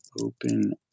Open